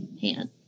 hand